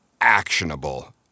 actionable